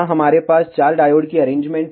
यहां हमारे पास चार डायोड की अरेंजमेंट है